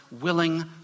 willing